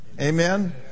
Amen